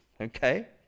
Okay